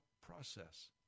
process